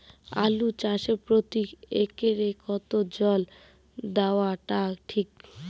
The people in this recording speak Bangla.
আলু চাষে প্রতি একরে কতো জল দেওয়া টা ঠিক?